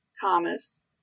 Thomas